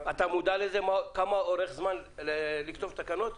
אתה מודע לזמן שאורך לכתוב תקנות?